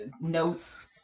notes